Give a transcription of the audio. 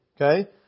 Okay